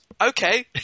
okay